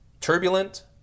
turbulent